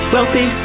Wealthy